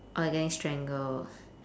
or getting strangled